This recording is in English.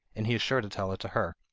and he is sure to tell it to her